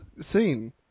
scene